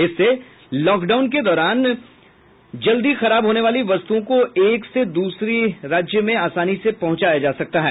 इससे लॉकडाउन के दौरान जल्दी खराब होने वाली वस्तुओं को एक से दूसरे राज्य में आसानी से पहुंचाया जा सकता है